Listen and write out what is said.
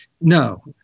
No